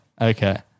Okay